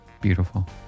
beautiful